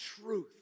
truth